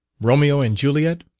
romeo and juliet?